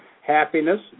happiness